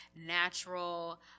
natural